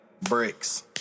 bricks